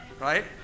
Right